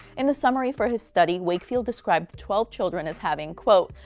in the summary for his study, wakefield described twelve children as having quote,